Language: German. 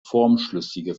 formschlüssige